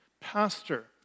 Pastor